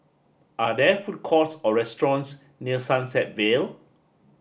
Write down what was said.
are there food courts or restaurants near Sunset Vale